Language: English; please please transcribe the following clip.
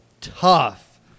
tough